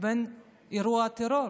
לבין אירוע טרור.